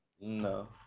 No